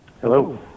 Hello